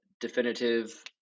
definitive